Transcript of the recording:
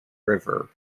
river